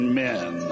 men